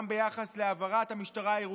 גם ביחס להעברת המשטרה הירוקה,